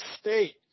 State